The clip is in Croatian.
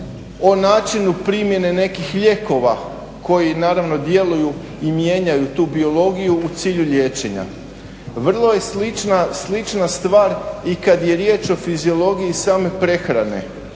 o načinu primjene nekih lijekova koji naravno djeluju i mijenjaju tu biologiju u cilju liječenja. Vrlo je slična stvar i kad je riječ o fiziologiji same prehrane.